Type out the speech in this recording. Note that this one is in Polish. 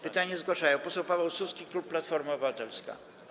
Pytanie zgłasza poseł Paweł Suski, klub Platforma Obywatelska.